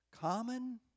Common